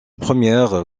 première